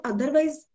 Otherwise